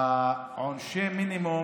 עונשי המינימום